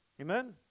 Amen